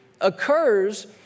occurs